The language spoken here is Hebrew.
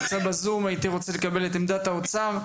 הייתי רוצה לקבל את עמדת האוצר,